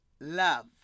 love